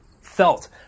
felt